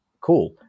cool